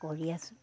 কৰি আছোঁ